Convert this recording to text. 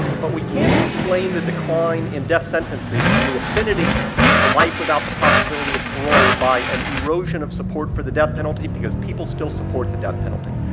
but we can't explain the decline in death sentences and the affinity for life without the possibility of parole by an erosion of support for the death penalty, because people still support the death penalty.